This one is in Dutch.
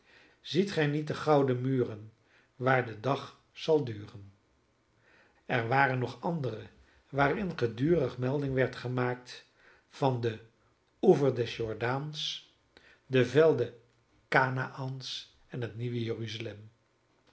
ziet gij niet de gouden muren waar de dag zal duren er waren nog andere waarin gedurig melding werd gemaakt van den oever des jordaans de velden kanaäns en het nieuwe